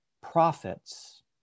prophets